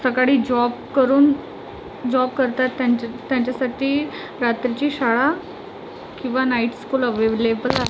सकाळी जॉब करून जॉब करतात त्यांच्यासाठी रात्रीची शाळा किंवा नाईट स्कूल ॲव्हलेबल आहे